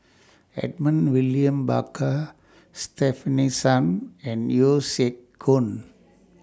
Edmund William Barker Stefanie Sun and Yeo Siak Goon